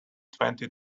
twenty